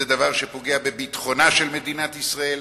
זה דבר שפוגע בביטחונה של מדינת ישראל,